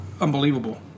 unbelievable